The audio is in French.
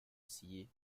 sillé